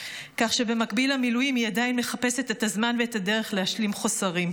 כך שבמקביל למילואים היא עדיין מחפשת את הזמן ואת הדרך להשלים חוסרים.